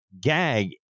gag